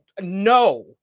No